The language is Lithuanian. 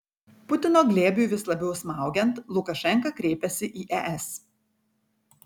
putino glėbiui vis labiau smaugiant lukašenka kreipiasi į es